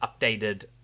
updated